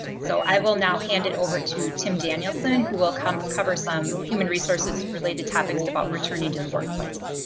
so i will now hand it over to tim danielson who will cover cover some human resources related topics about returning to the workplace.